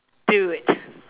do it